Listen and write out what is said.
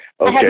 Okay